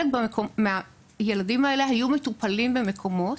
חלק מהילדים האלה היו מטופלים במקומות,